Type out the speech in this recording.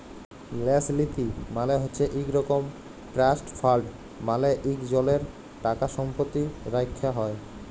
ল্যাস লীতি মালে হছে ইক রকম ট্রাস্ট ফাল্ড মালে ইকজলের টাকাসম্পত্তি রাখ্যা হ্যয়